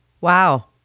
Wow